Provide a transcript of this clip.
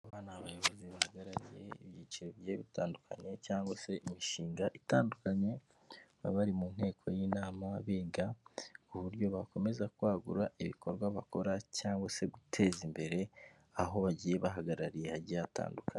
Aba ngaba ni abayobozi bahagarariye ibyiciro bigiye bitandukanye cyangwa se imishinga itandukanye, baba bari mu nteko y'inama biga ku buryo bakomeza kwagura ibikorwa bakora cyangwa se guteza imbere aho bagiye bahagarariye hagiye hatandukanye.